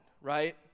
right